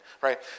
right